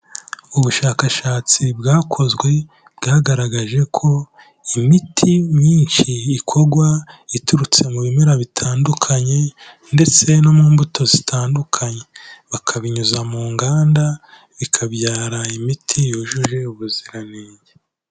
Ubushakashatsi bwakozwe bwagaragaje ko imiti myinshi ikogwa iturutse mu bimera bitandukanye ndetse no mu mbuto zitandukanye, bakabinyuza mu nganda bikabyara imiti yujuje ubuziranenge.